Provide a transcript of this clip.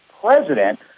president